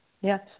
Yes